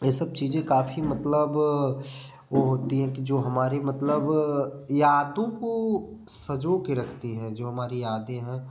ये सब चीज़ें काफ़ी मतलब वो होती हैं कि जो हमारी मतलब यादों को सँजो के रखती है जो हमारी यादें हैं